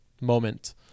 moment